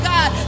God